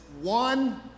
one